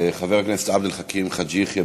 חבר הכנסת עבד אל חכים חאג' יחיא,